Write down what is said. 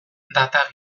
data